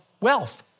wealth